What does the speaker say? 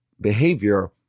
behavior